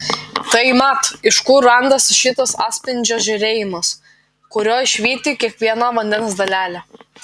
tai mat iš kur randasi šitas atspindžio žėrėjimas kuriuo švyti kiekviena vandens dalelė